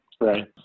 Right